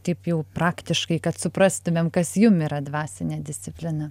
taip jau praktiškai kad suprastumėm kas jums yra dvasinė disciplina